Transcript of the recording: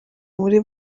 muri